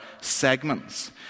segments